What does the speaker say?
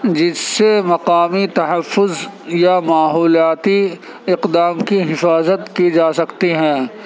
جس سے مقامی تحفظ یا ماحولیاتی اقدام کی حفاظت کی جا سکتی ہیں